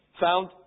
found